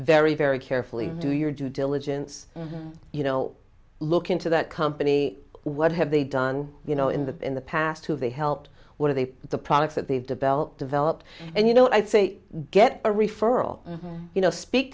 very very carefully do your due diligence you know look into that company what have they done you know in the in the past who they helped what are they the products that they've developed developed and you know i say get a referral you know speak